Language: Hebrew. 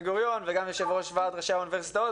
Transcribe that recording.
גוריון וגם יושב-ראש ועדת ראשי האוניברסיטאות,